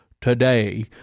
today